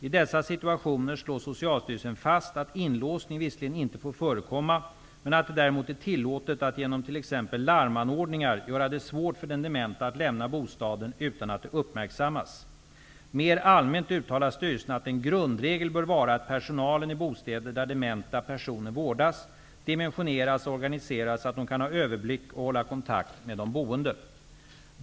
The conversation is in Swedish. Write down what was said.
I dessa situationer slår Socialstyrelsen fast att inlåsning visserligen inte får förekomma men att det däremot är tillåtet att genom t.ex. larmanordningar göra det svårt för den demente att lämna bostaden utan att det uppmärksammas. Mer allmänt uttalar styrelsen att en grundregel bör vara att personalen i bostäder där dementa personer vårdas dimensioneras och organiseras så att den kan ha överblick och hålla kontakt med de boende.